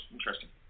Interesting